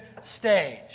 stage